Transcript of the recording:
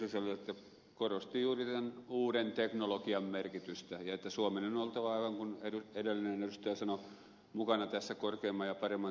tiusaselle että korostin juuri tämän uuden teknologian merkitystä ja että suomen on oltava aivan kuin edellinen edustaja sanoi mukana näissä korkeamman ja paremman teknologian jutuissa